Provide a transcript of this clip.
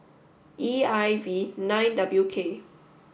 E I V nine W K